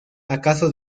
acaso